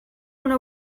una